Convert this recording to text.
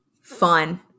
fun